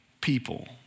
people